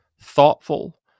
thoughtful